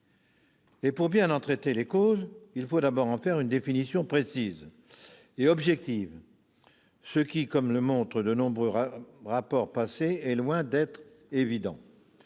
pour bien en traiter les causes, il faut d'abord en livrer une définition précise et objective, ce qui, comme le montrent de nombreux rapports passés, est loin d'être évident.